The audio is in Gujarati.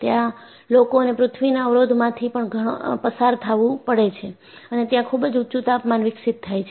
ત્યાં લોકોને પૃથ્વીના અવરોધમાંથી પણ પસાર થવું પડે છે અને ત્યાં ખૂબજ ઊંચુ તાપમાન વિકસિત થાય છે